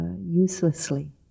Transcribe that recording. uselessly